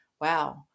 wow